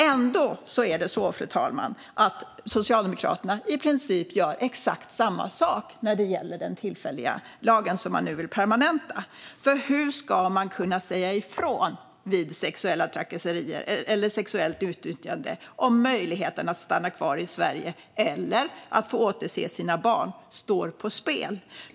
Ändå är det så, fru talman, att Socialdemokraterna i princip gör exakt samma sak när det gäller den tillfälliga lag som de nu vill permanenta. Hur ska man kunna säga ifrån vid sexuella trakasserier eller sexuellt utnyttjande om möjligheten att stanna kvar i Sverige eller att få återse sina barn står på spel?